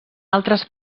altres